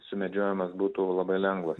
sumedžiojimas būtų labai lengvas